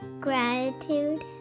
gratitude